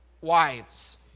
wives